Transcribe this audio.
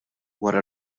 wara